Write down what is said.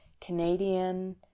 Canadian